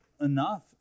enough